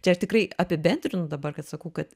čia aš tikrai apibendrinu dabar kad sakau kad